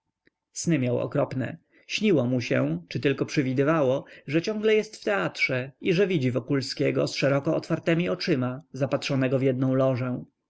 sny miał okropne śniło mu się czy tylko przywidywało że ciągle jest w teatrze i że widzi wokulskiego z szeroko otwartemi oczyma zapatrzonego w jednę lożę